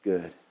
Good